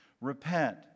Repent